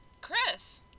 Chris